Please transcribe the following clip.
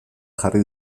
jarri